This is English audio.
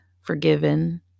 forgiven